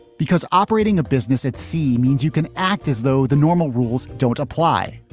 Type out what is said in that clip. because operating a business at sea means you can act as though the normal rules don't apply.